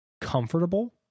comfortable